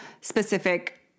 specific